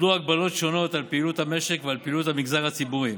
הוטלו הגבלות שונות על פעילות המשק ועל פעילות המגזר הציבורי.